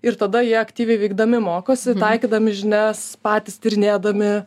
ir tada jie aktyviai veikdami mokosi taikydami žinias patys tyrinėdami